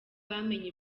bamenye